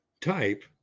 type